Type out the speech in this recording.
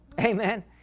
Amen